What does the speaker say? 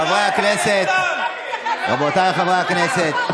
חברי הכנסת, רבותיי חברי הכנסת.